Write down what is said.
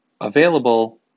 available